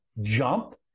jump